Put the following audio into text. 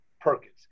Perkins